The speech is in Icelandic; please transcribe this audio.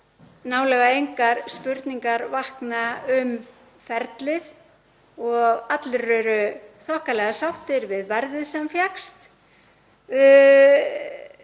nálega engar spurningar vakna um ferlið, allir eru þokkalega sáttir við verðið sem fékkst